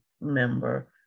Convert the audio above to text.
member